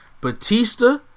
Batista